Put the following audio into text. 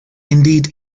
indeed